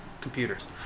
computers